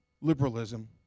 liberalism